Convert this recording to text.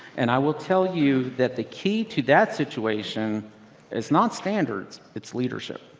and i will tell you that the key to that situation is not standards. it's leadership.